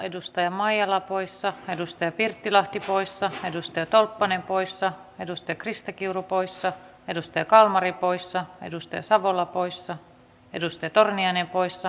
minusta rakentava keskustelu asioista on aina tarpeen ja tänäkin syksynä olemme paljon puhuneet siitä että hallitus on tehnyt paljon leikkauksia pienituloisille ihmisille